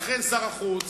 לכן שר החוץ,